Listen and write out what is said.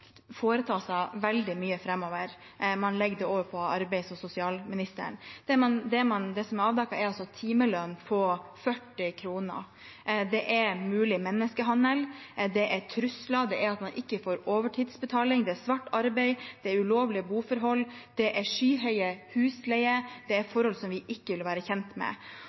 seg veldig mye framover. Man legger det over på arbeids- og sosialministeren. Det som er avdekket, er timelønn på 40 kr, det er mulig menneskehandel, det er trusler, man får ikke overtidsbetaling, det er svart arbeid, det er ulovlige boforhold, det er skyhøye husleier – det er forhold vi ikke vil være